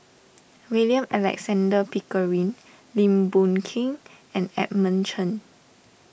William Alexander Pickering Lim Boon Keng and Edmund Chen